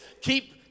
keep